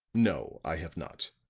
no i have not.